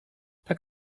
tak